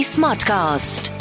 Smartcast